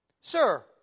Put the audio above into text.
Sir